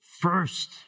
first